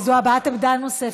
כי זו הבעת עמדה נוספת.